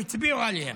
שהצביעו עליהם: